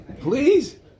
Please